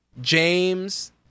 James